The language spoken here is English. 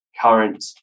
Current